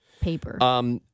paper